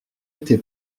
été